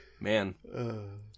Man